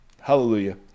Hallelujah